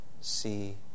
see